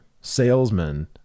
salesman